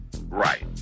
Right